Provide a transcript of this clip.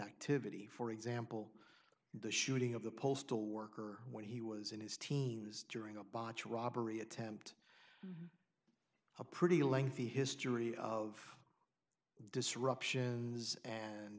activity for example the shooting of the postal worker when he was in his teens during a botched robbery attempt a pretty lengthy history of disruptions and